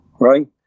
right